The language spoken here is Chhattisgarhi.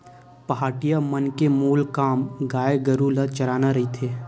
पहाटिया मन के मूल काम गाय गरु ल चराना रहिथे